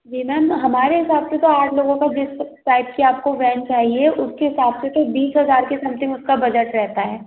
जी ma'am हमारे हिसाब से तो आठ लोगों का जिस टाइप से आपको वैन चाहिए उसके हिसाब से तो बीस हज़ार के समथिंग उसका बजट रहता है